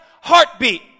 heartbeat